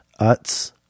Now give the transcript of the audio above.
Utz